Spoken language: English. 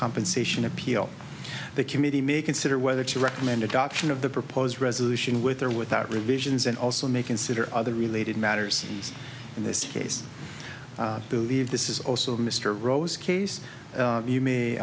compensation appeal the committee may consider whether to recommend adoption of the proposed resolution with or without revisions and also may consider other related matters in this case believe this is also mr rose case you may